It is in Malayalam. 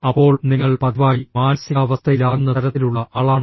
അപ്പോൾ നിങ്ങൾ പതിവായി മാനസികാവസ്ഥയിലാകുന്ന തരത്തിലുള്ള ആളാണോ